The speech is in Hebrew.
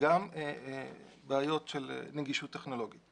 גם בעיות של נגישות טכנולוגית.